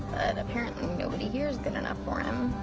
and apparently nobody here is good enough for him.